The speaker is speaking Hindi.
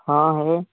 हाँ है